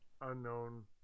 unknown